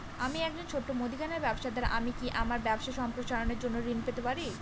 আমি একজন ছোট মুদিখানা ব্যবসাদার আমি কি আমার ব্যবসা সম্প্রসারণের জন্য ঋণ পেতে পারি?